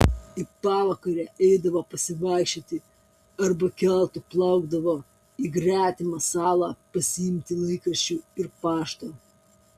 į pavakarę eidavo pasivaikščioti arba keltu plaukdavo į gretimą salą pasiimti laikraščių ir pašto